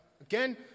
Again